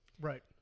Right